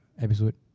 episode